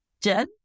Jen